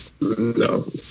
no